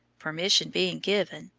permission being given,